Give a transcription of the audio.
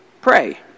pray